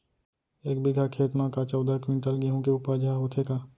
एक बीघा खेत म का चौदह क्विंटल गेहूँ के उपज ह होथे का?